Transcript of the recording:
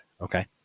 Okay